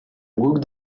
brooke